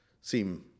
seem